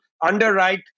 underwrite